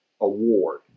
award